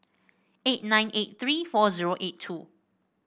eight nine eight three four zero eight two